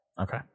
Okay